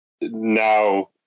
now